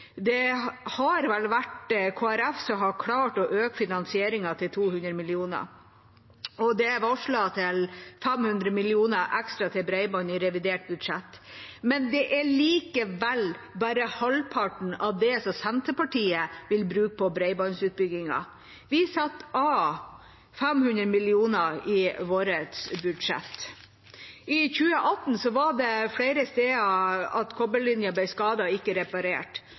Det har vel vært Kristelig Folkeparti som har klart å øke finansieringen til 200 mill. kr. Det er varslet 50 mill. kr ekstra til bredbånd i revidert budsjett, men det er likevel bare halvparten av det som Senterpartiet vil bruke på bredbåndsutbyggingen. Vi satte av 500 mill. kr i vårt budsjett. I 2018 ble kobberlinjene flere steder skadet og ikke reparert.